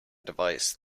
device